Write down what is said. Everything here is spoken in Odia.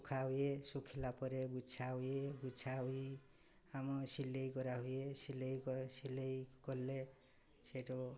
ଶୁଖା ହୁଏ ଶୁଖିଲା ପରେ ଗୁଛା ହୁଏ ଗୁଛା ହୁଏ ଆମ ସିଲାଇ କରାହୁଏ ସିଲାଇ ସିଲାଇ କଲେ ସେଇଠୁ